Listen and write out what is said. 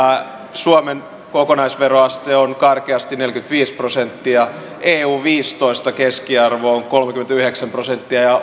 suomen kokonaisveroaste on karkeasti neljäkymmentäviisi prosenttia eu viidentoista keskiarvo on kolmekymmentäyhdeksän prosenttia ja